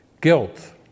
guilt